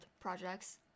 projects